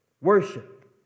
Worship